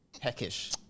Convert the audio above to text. Peckish